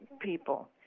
people